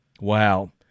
Wow